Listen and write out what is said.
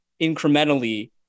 incrementally